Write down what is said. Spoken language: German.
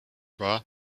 war